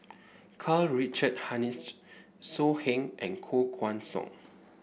Karl Richard Hanitsch So Heng and Koh Guan Song